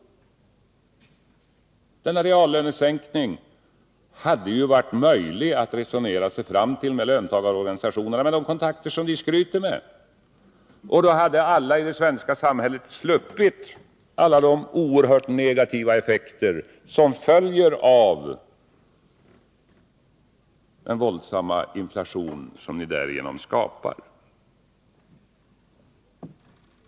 Då hade det varit möjligt att resonera sig fram till denna reallönesänkning med löntagarorganisationerna, genom de kontakter som ni skryter med, och då hade alla i det svenska samhället sluppit de oerhört negativa effekter som följer av den våldsamma inflation ni nu skapar.